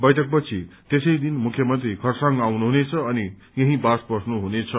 बैठकपछि त्यसै दिन मुख्यमन्त्री खरसाङ आउनु हुनेछ अनि यहीँ वास बस्नु हुनेछ